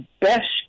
best